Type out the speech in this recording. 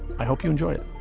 i hope you enjoy it